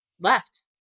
left